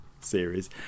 series